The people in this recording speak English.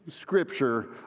scripture